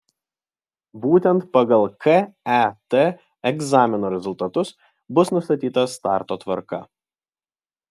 būtent pagal ket egzamino rezultatus bus nustatyta starto tvarka